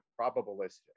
probabilistic